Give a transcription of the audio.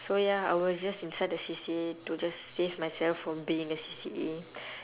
so ya I was just inside the C_C_A to just save myself from being in a C_C_A